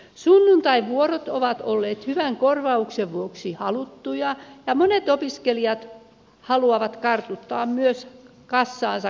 sunnuntaivuorot ovat olleet hyvän korvauksen vuoksi haluttuja ja monet opiskelijat haluavat kartuttaa myös kassaansa koulunkäynnin yhteydessä